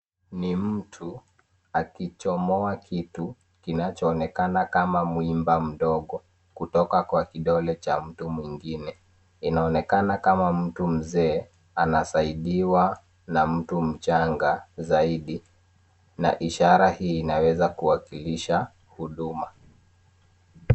Ni mtu akichomoa kitu kinachoonekana kama mwiba mdogo kutoka kwa kidole cha mtu mwingine. Inaonekana kama mtu mzee anasaidiwa na mtu mchanga zaidi na ishara hii inaweza kuwakilisha huduma.